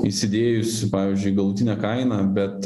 įsidėjus į pavyzdžiui galutinę kainą bet